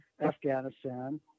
Afghanistan